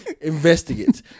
Investigate